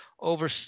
Over